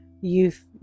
youth